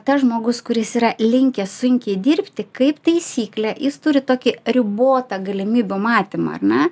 tas žmogus kuris yra linkęs sunkiai dirbti kaip taisyklė jis turi tokį ribotą galimybių matymą ar ne